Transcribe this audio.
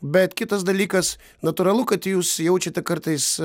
bet kitas dalykas natūralu kad jūs jaučiate kartais